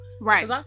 Right